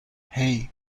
hey